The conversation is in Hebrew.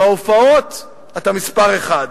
בהופעות אתה מספר אחת.